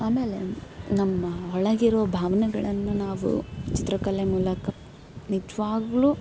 ಆಮೇಲೆ ನಮ್ಮ ಒಳಗಿರೋ ಭಾವನೆಗಳನ್ನು ನಾವು ಚಿತ್ರಕಲೆ ಮೂಲಕ ನಿಜವಾಗ್ಲು